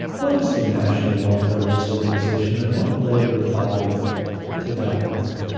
what is the national welfare rights organization, and what led your father to that work?